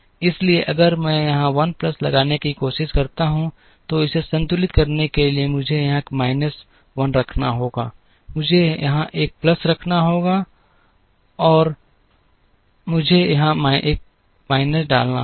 इसलिए अगर मैं यहां 1 प्लस लगाने की कोशिश करता हूं तो इसे संतुलित करने के लिए मुझे यहां एक माइनस 1 रखना होगा मुझे यहां एक प्लस 1 रखना होगा और मुझे यहां माइनस 1 डालना होगा